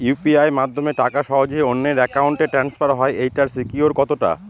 UPI মাধ্যমে টাকা সহজেই অন্যের অ্যাকাউন্ট ই ট্রান্সফার হয় এইটার সিকিউর কত টা?